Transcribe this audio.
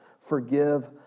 forgive